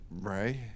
Right